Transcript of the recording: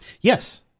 Yes